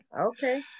okay